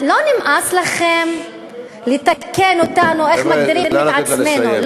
לא נמאס לכם לתקן אותנו, איך מגדירים את עצמנו?